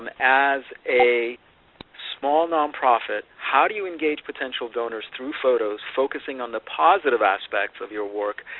and as a small nonprofit, how do you engage potential donors through photos focusing on the positive aspects of your work,